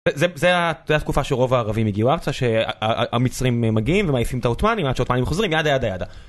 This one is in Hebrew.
זה התקופה שרוב הערבים הגיעו לארצה שהמצרים מגיעים ומעיפים את העותמאנים עד שהעותמאנים חוזרים וידה ידה ידה